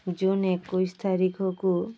June ଏକୋଇଶ ତାରିଖକୁ